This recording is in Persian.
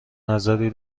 نظری